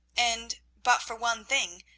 and, but for one thing,